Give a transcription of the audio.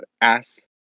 Ask